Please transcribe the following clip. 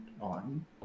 on